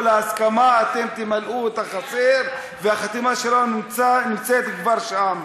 להסכמה אתם תמלאו את החסר והחתימה שלנו נמצאת כבר שם?